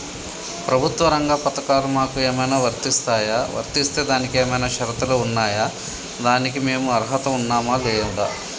ప్రభుత్వ రంగ పథకాలు మాకు ఏమైనా వర్తిస్తాయా? వర్తిస్తే దానికి ఏమైనా షరతులు ఉన్నాయా? దానికి మేము అర్హత ఉన్నామా లేదా?